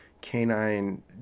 canine